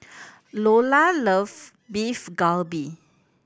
Lolla love Beef Galbi